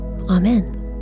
Amen